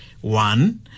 One